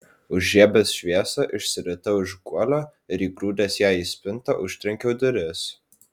užžiebęs šviesą išsiritau iš guolio ir įgrūdęs ją į spintą užtrenkiau duris